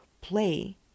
play